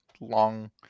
long